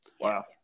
Wow